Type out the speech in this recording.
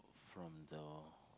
from the